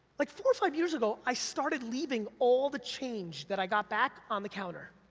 like four or five years ago, i started leaving all the change that i got back, on the counter.